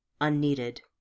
Unneeded